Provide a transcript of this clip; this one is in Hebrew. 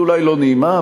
היא אולי לא נעימה,